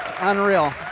unreal